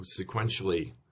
sequentially